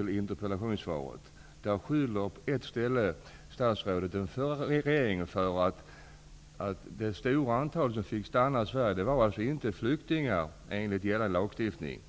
talande. I interpellationssvaret skyller statsrådet på den förra regeringen när det gäller det stora antal som fick stanna i Sverige. Här rörde det sig alltså inte om flyktingar enligt gällande lagstiftning.